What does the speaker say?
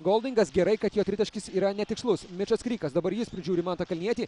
goldingas gerai kad jo tritaškis yra netikslus mičas krykas dabar jis prižiūri mantą kalnietį